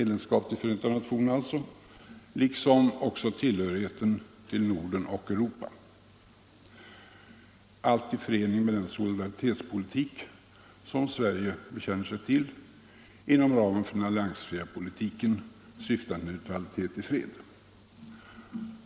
Det gör också tillhörigheten till Norden och Europa —- allt i förening med den solidaritetspolitik som Sverige bekänner sig till inom ramen för den alliansfria politiken, syftande till neutralitet i krig.